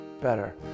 Better